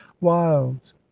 wilds